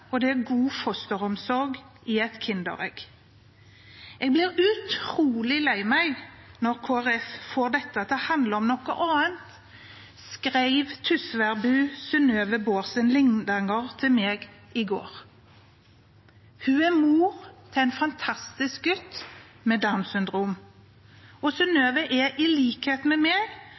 og god fosteromsorg i et kinderegg. Jeg blir utrolig lei meg når Kristelig Folkeparti får dette til å handle om noe annet, skrev tysværbu Synnøve Bårdsen Lindanger til meg i går. Hun er mor til en fantastisk gutt med Downs syndrom. Synnøve er i likhet med